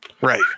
Right